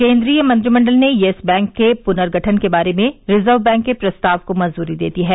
केंद्रीय मंत्रिमंडल ने येस बैंक के पुनर्गठन के बारे में रिजर्व बैंक के प्रस्ताव को मंजूरी दे दी है